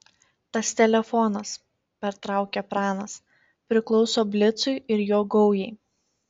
tas telefonas pertraukė pranas priklauso blicui ir jo gaujai